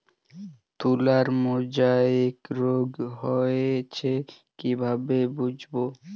তুলার মোজাইক রোগ হয়েছে কিভাবে বুঝবো?